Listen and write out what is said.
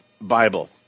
Bible